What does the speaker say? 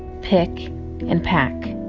pick and pack.